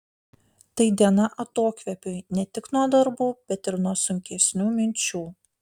tai diena atokvėpiui ne tik nuo darbų bet ir nuo sunkesnių minčių